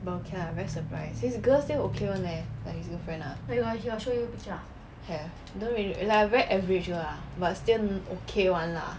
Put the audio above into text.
but okay lah I very surprise his girl's still okay [one] leh like his girlfriend ah have don't really like very average girl lah but still okay one lah